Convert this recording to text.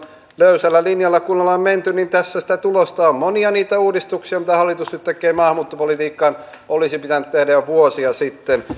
löysällä linjalla kun ollaan menty niin tässä sitä tulosta on monia niitä uudistuksia mitä hallitus nyt tekee maahanmuuttopolitiikkaan olisi pitänyt tehdä jo vuosia sitten